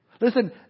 Listen